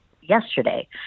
yesterday